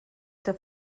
der